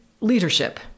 leadership